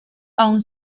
aún